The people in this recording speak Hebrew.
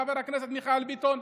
חבר הכנסת מיכאל ביטון,